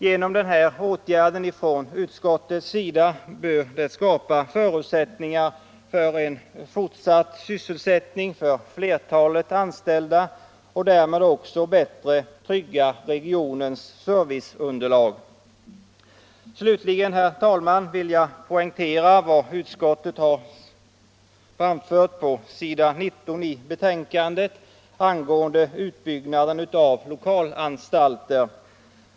Genom den här åtgärden från utskottets sida bör det skapas förutsättningar för en fortsatt sysselsättning för flertalet anställda, och därmed tryggas också regionens serviceunderlag bättre. Slutligen, herr talman, vill jag poängtera vad utskottet har anfört på s. 19 i betänkandet angående utbyggnaden av lokalanstalter.